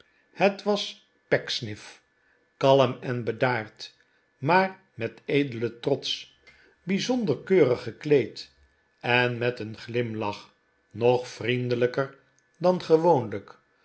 het was pecksniff kalm en bedaard maar met edelen trots bijzonder keurig gekleed en met een glimlach nog vriendelijker dan gewoonlijk